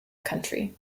country